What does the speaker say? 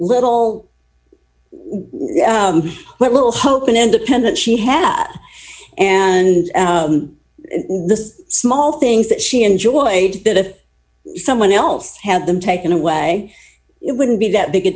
little what little hope an independent she had and the small things that she enjoyed that if someone else had them taken away it wouldn't be that big a